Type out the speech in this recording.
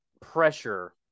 pressure